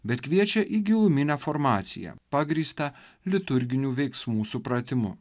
bet kviečia į giluminę formaciją pagrįstą liturginių veiksmų supratimu